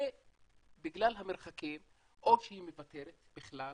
ובגלל המרחקים או שהיא מוותרת בכלל